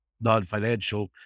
non-financial